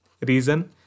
Reason